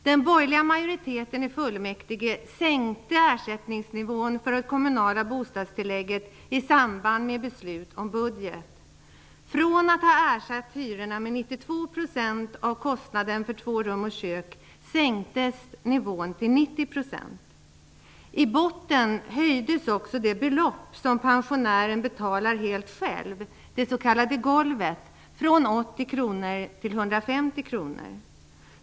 Den borgerliga majoriteten i kommunfullmäktige sänkte ersättningsnivån för det kommunala bostadstillägget i samband med beslut om budget. Från att ha ersatt hyror med 92 % av kostnaden för två rum och kök, sänktes nivån till 90 %. I botten höjdes också det belopp som pensionären betalar helt själv, det s.k. golvet, från 80 kr till 150 kr.